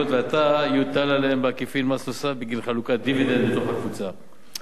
ועתה יוטל עליהן בעקיפין מס נוסף בגין חלוקת דיבידנד בתוך הקבוצה.